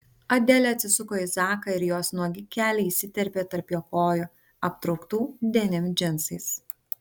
adelė atsisuko į zaką ir jos nuogi keliai įsiterpė tarp jo kojų aptrauktų denim džinsais